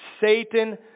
Satan